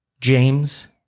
James